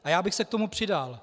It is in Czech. A já bych se k tomu přidal.